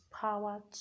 power